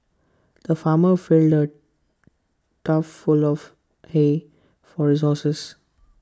the farmer filled A tough full of hay for resources